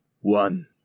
one